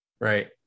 Right